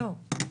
לא, לא.